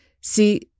See